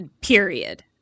Period